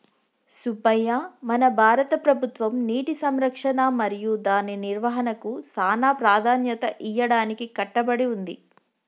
సుబ్బయ్య మన భారత ప్రభుత్వం నీటి సంరక్షణ మరియు దాని నిర్వాహనకు సానా ప్రదాన్యత ఇయ్యడానికి కట్టబడి ఉంది